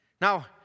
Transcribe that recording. Now